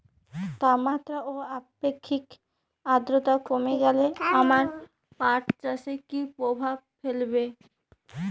তাপমাত্রা ও আপেক্ষিক আদ্রর্তা কমে গেলে আমার পাট চাষে কী প্রভাব ফেলবে?